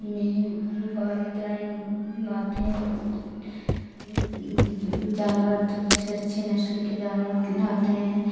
میری والدین لاتے ہیں جانور تو جیسے اچھے نچلے کے جانور لاتے ہیں